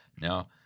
Now